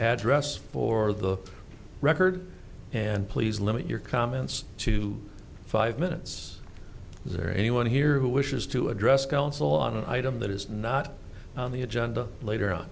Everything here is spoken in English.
address for the record and please limit your comments to five minutes is there anyone here who wishes to address council on an item that is not on the agenda later on